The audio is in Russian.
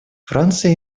франция